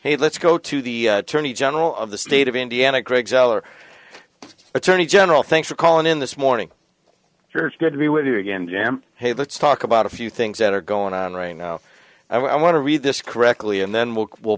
hey let's go to the attorney general of the state of indiana greg zoeller attorney general thanks for calling in this morning good to be with you again jam hey let's talk about a few things that are going on right now i want to read this correctly and then we'll w